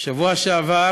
בשבוע שעבר